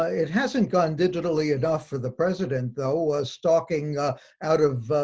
ah it hasn't gone digitally enough for the president though. was talking out of